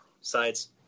sides